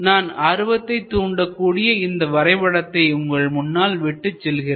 நான் ஆர்வத்தை தூண்டக்கூடிய இந்த வரைபடத்தை உங்கள் முன்னால் விட்டுச் செல்கிறேன்